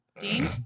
Dean